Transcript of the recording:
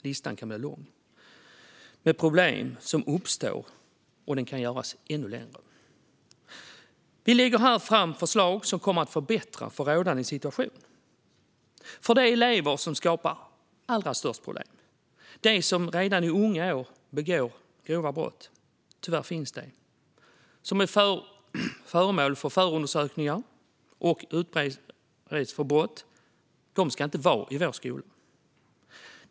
Listan med problem som uppstår är lång och kan göras ännu längre. Vi lägger här fram förslag som kommer att förbättra rådande situation. De elever som skapar allra störst problem, de som redan i unga år begår grova brott - tyvärr finns de - och är föremål för förundersökning och utreds för brott ska inte vara i skolan.